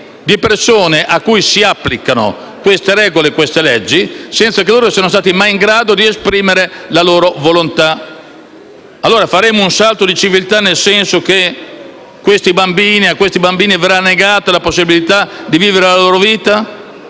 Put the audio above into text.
di persone alle quali si applicano queste regole e queste leggi senza che loro siano mai state in grado di esprimere la loro volontà. Faremo un salto di civiltà nel senso che a questi bambini verrà negata la possibilità di vivere la loro vita?